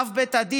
ואב בית הדין